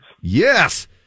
Yes